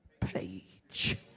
page